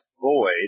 void